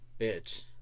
bitch